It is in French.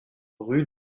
rue